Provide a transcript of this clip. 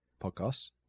podcasts